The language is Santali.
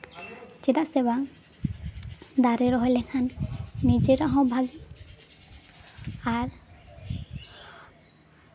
ᱪᱮᱫᱟᱜ ᱥᱮ ᱵᱟᱝ ᱫᱟᱨᱮ ᱨᱚᱦᱚᱭ ᱞᱮᱠᱷᱟᱱ ᱱᱤᱡᱮᱨᱟᱜ ᱦᱚᱸ ᱵᱷᱟᱜᱮ ᱟᱨ